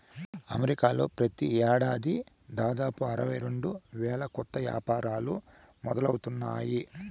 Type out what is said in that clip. అమెరికాలో ప్రతి ఏడాది దాదాపు అరవై రెండు వేల కొత్త యాపారాలు మొదలవుతాయి